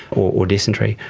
or dysentery,